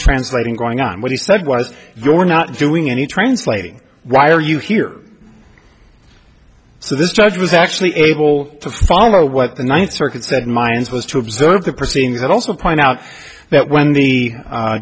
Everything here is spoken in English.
translating going on what he said was your not doing any translating why are you here so this judge was actually able to follow what the ninth circuit said mine's was to observe the proceedings and also point out that when the